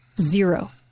Zero